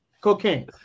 Cocaine